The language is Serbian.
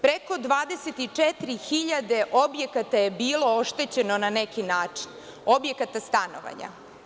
Preko 24 hiljade objekata je bilo oštećeno na neki način, objekata stanovanja.